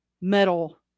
metal